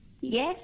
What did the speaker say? Yes